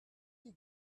die